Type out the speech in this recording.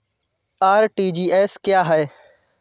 RTGS क्या है?